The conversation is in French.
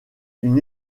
une